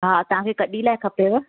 हा तव्हां खे कॾहिं लाइ खपेव